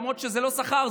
למרות שזה לא שכר,